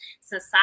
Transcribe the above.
society